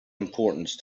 importance